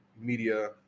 media